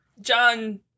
John